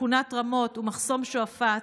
שכונת רמות ומחסום שועפאט,